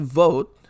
vote